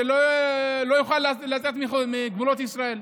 שלא יוכל לצאת מגבולות ישראל.